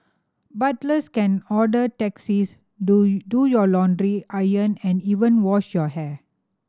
butlers can order taxis do do your laundry iron and even wash your hair